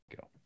go